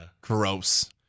Gross